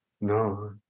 No